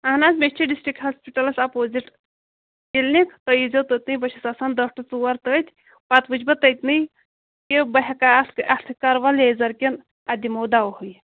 اہن حظ مےٚ چھِ ڈِسٹرک ہاسپِٹَلَس اَپوزِٹ کِلنِک تُہۍ ییٖزیو توٚتنٕے بہٕ چھَس آسان دہ ٹُہ ژور تٔتھۍ پَتہٕ وٕچھ بہٕ تٔتۍنٕے کہِ بہٕ ہٮ۪کا اَتھ اَتھٕ کَروا لیٚزر کِنہٕ اَتھ دِمو دَوہے